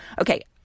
Okay